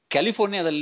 California